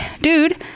dude